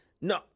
No